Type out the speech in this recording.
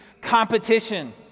competition